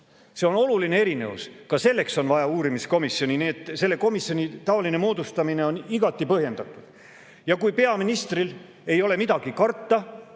See on oluline erinevus, ka selleks on vaja uurimiskomisjoni, nii et selle komisjoni moodustamine on igati põhjendatud. Kui peaministril ei ole midagi karta,